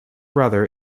brother